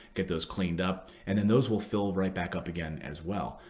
get those cleaned up. and then those will fill right back up again as well.